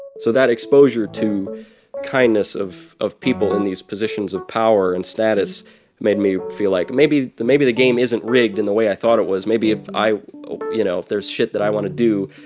so that exposure to kindness of of people in these positions of power and status made me feel like maybe the maybe the game isn't rigged in the way i thought it was. maybe if i you know, if there's s that i want to do,